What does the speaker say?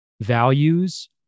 values